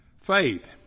faith